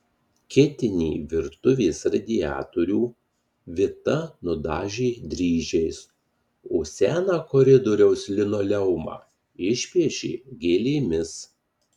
ketinį virtuvės radiatorių vita nudažė dryžiais o seną koridoriaus linoleumą išpiešė gėlėmis